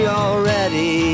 already